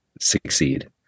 succeed